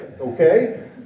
okay